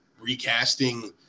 recasting –